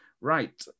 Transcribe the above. Right